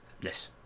Yes